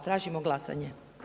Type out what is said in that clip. Tražimo glasanje.